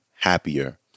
Happier